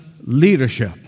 leadership